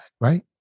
right